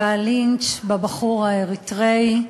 והלינץ' בבחור האריתריאי,